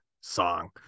song